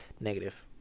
negative